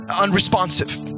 unresponsive